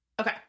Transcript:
Okay